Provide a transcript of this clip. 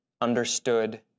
understood